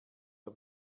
der